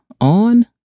on